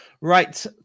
Right